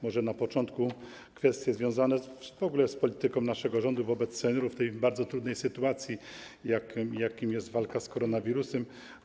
Może na początku poruszę kwestie związane w ogóle z polityką naszego rządu wobec seniorów w tej bardzo trudnej sytuacji, jaką jest walka z koronawirusem.